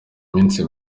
minsi